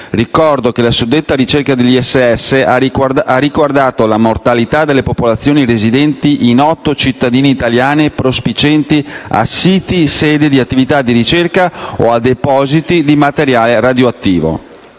Ricordo che la suddetta ricerca dell'ISS ha riguardato la mortalità delle popolazioni residenti in otto cittadine italiane prospicienti a siti sede di attività di ricerca o a depositi di materiale radioattivo.